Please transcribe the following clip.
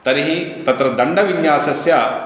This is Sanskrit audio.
तर्हि तत्र दण्डविन्यासस्य